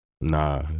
nah